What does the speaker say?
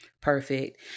Perfect